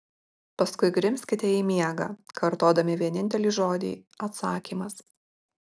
paskui grimzkite į miegą kartodami vienintelį žodį atsakymas